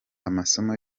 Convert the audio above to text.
amasomo